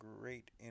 great